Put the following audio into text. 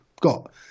got